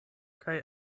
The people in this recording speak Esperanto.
kaj